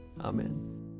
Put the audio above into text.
Amen